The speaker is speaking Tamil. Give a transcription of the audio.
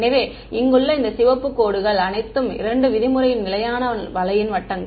எனவே இங்குள்ள இந்த சிவப்பு கோடுகள் அனைத்தும் 2 விதிமுறையின் நிலையான வலையின் வட்டங்கள்